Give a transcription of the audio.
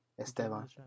Esteban